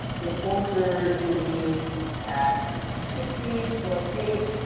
the pointer is going to be at sixty plus eight,